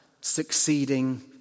succeeding